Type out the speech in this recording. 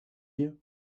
you